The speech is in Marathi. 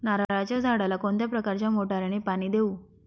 नारळाच्या झाडाला कोणत्या प्रकारच्या मोटारीने पाणी देऊ?